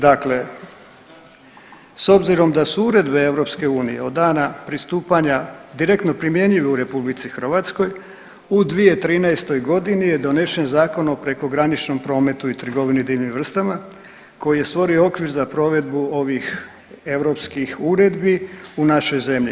Dakle, s obzirom da su uredbe EU od dana pristupanja direktno primjenjive u RH u 2013. je donesen Zakon o prekograničnom prometu i trgovini divljim vrstama koji je stvorio okvir za provedbu ovih europskih uredbi u našoj zemlji.